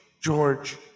George